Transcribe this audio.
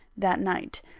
that night.